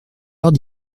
heure